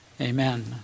Amen